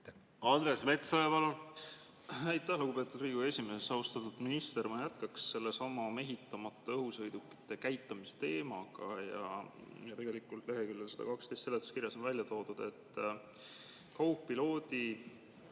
Andres Metsoja, palun!